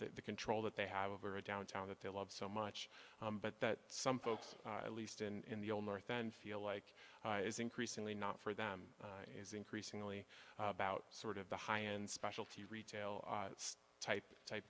the control that they have over a downtown that they love so much but that some folks at least in the old north and feel like is increasingly not for them is increasingly about sort of the high end specialty retail type type